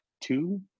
two